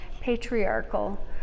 patriarchal